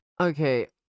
okay